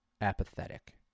apathetic